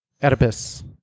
Oedipus